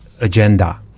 agenda